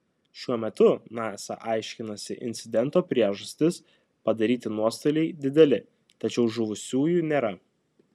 šiuo metu nasa aiškinasi incidento priežastis padaryti nuostoliai dideli tačiau žuvusiųjų nėra